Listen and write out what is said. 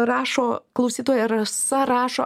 rašo klausytoja rasa rašo